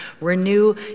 Renew